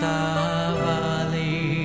Savali